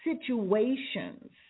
situations